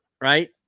right